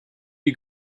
you